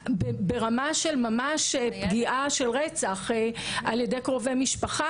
צריך לראות מה אפשר לעשות כדי לעשות את התהליך הזה מהיר יותר,